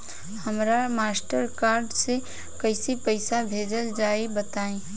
हमरा Mastercard से कइसे पईसा भेजल जाई बताई?